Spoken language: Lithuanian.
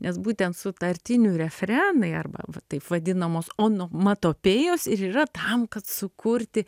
nes būtent sutartinių refrenai arba taip vadinamos onomatopėjos ir yra tam kad sukurti